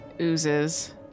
Oozes